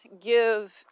give